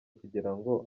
kugirango